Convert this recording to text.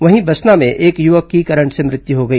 वहीं बसना में एक युवक की करंट से मृत्यु हो गई